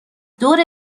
دور